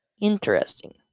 Interesting